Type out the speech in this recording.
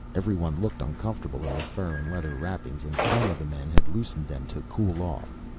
everyone looked uncomfortable in the fur and leather wrappings, and some of the men had loosened them to cool off.